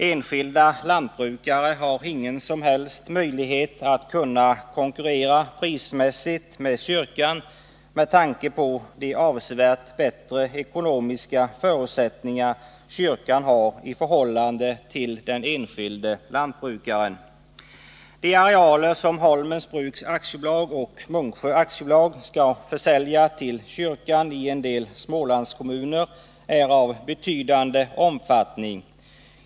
Enskilda lantbrukare har ingen som helst möjlighet att konkur rera prismässigt med kyrkan med tanke på de avsevärt bättre ekonomiska förutsättningar som kyrkan har i förhållande till den enskilde lantbrukaren. De arealer som Holmens Bruk AB och Munksjö AB skall försälja till kyrkan i en del Smålandskommuner är av betydande omfattning.